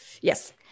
Yes